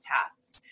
tasks